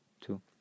two